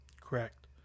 Correct